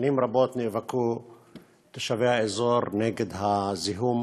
שנים רבות נאבקו תושבי האזור נגד הזיהום